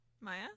Maya